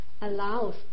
allows